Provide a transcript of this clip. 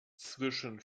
zwischen